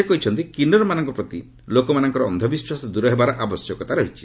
ସେ କହିଛନ୍ତି କିନ୍ସରମାନଙ୍କ ପ୍ରତି ଲୋକମାନଙ୍କର ଅନ୍ଧବିଶ୍ୱାସ ଦୂର ହେବାର ଆବଶ୍ୟକତା ରହିଛି